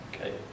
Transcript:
Okay